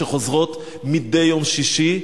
שחוזרות מדי יום שישי.